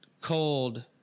Cold